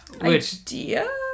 idea